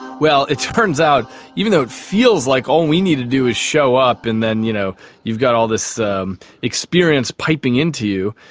well, it turns out even though it feels like all we need to do is show up and then you know you've got all this experience piping into you,